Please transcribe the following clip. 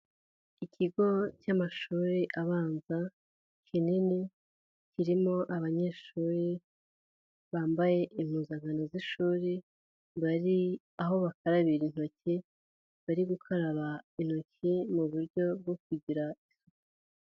Ikigo cy'amashuri abanza kinini, kirimo abanyeshuri bambaye impuzankano z'ishuri, bari aho bakarabira intoki bari gukaraba intoki mu buryo bwo kugira,..